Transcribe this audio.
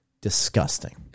disgusting